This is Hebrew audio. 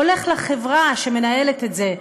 הולך לחברה שמנהלת את זה,